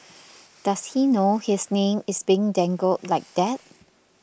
does he know his name is being dangled like that